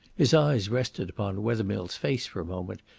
his eyes rested upon wethermill's face for a moment,